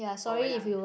or when I'm